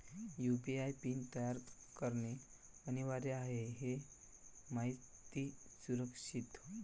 UPI PIN तयार करणे अनिवार्य आहे हे माहिती सुरक्षित